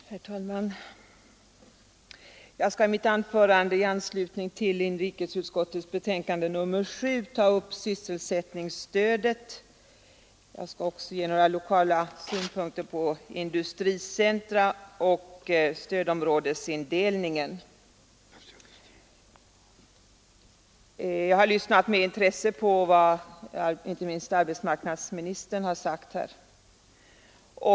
Herr talman! Jag skall i mitt anförande i anslutning till inrikesutskottets betänkande nr 7 ta upp sysselsättningsstödet. Jag skall också ge några lokala synpunkter på industricentra och stödområdesindelningen. 5 Jag har lyssnat med intresse, inte minst på vad arbetsmarknadsministern har sagt här.